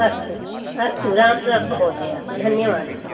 अस्तु अस्तु राम् राम् महोदया धन्यवादः